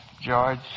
George